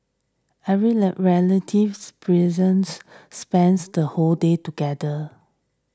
every relative present spends the whole day together